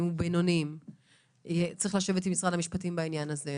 ובינוניים צריכים לשבת עם משרד המשפטים בעניין הזה,